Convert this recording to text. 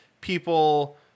people